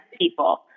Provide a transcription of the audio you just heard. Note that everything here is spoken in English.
people